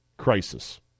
crisis